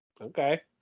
Okay